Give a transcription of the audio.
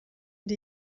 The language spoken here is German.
die